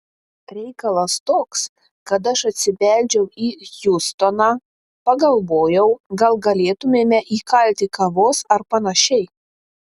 reikalas toks kad aš atsibeldžiu į hjustoną pagalvojau gal galėtumėme įkalti kavos ar panašiai